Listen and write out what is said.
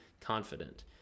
confident